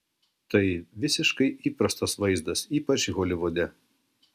tai visiškai įprastas vaizdas ypač holivude